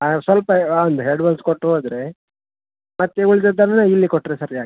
ಆಂ ಸ್ವಲ್ಪ ಆಂ ಒಂದು ಅಡ್ವಾನ್ಸ್ ಕೊಟ್ಟು ಹೋದರೆ ಮತ್ತೆ ಉಳಿದಿದ್ದೆಲ್ಲ ಇಲ್ಲಿ ಕೊಟ್ಟರೆ ಸರಿ ಆಗ್ತೆ